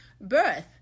birth